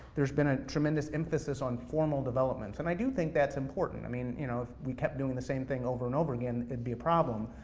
there's been a tremendous emphases on formal developments, and i do think that's important. i mean, you know if we kept doing the same thing over and over again, it'd be a problem.